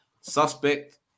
Suspect